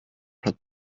her